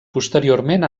posteriorment